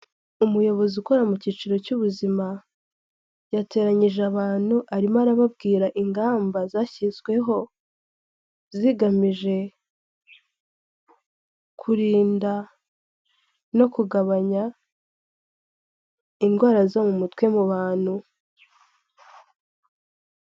Umuyobozi ukora mu cyiciro cy'ubuzima yateranyije abantu, arimo arababwira ingamba zashyizweho, zigamije kurinda no kugabanya indwara zo mu mutwe mu bantu.